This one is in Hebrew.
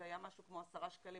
זה היה משהו כמו 10 שקלים